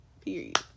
Period